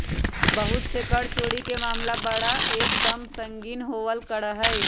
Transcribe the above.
बहुत से कर चोरी के मामला बड़ा एक दम संगीन होवल करा हई